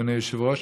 אדוני היושב-ראש,